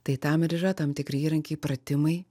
tai tam ir yra tam tikri įrankiai pratimai